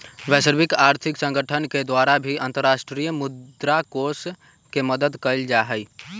वैश्विक आर्थिक संगठन के द्वारा भी अन्तर्राष्ट्रीय मुद्रा कोष के मदद कइल जाहई